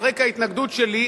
על רקע ההתנגדות שלי,